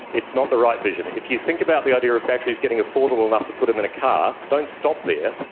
it's not the right vision. if you think about the idea of batteries getting affordable enough to put them in a car, don't stop there.